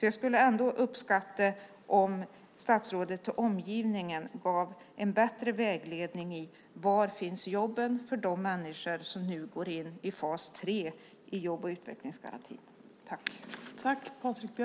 Jag skulle alltså uppskatta om statsrådet gav en bättre vägledning till omgivningen till var jobben finns för de människor som nu går in i tredje fasen av jobb och utvecklingsgarantin.